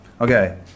Okay